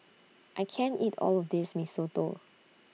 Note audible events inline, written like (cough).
(noise) I can't eat All of This Mee Soto